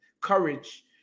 courage